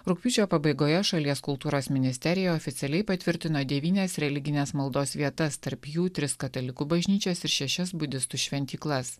rugpjūčio pabaigoje šalies kultūros ministerija oficialiai patvirtino devynias religines maldos vietas tarp jų tris katalikų bažnyčias ir šešias budistų šventyklas